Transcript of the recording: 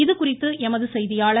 இது குறித்து எமது செய்தியாளர்